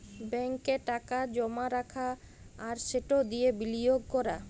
ব্যাংকে টাকা জমা রাখা আর সেট দিঁয়ে বিলিয়গ ক্যরা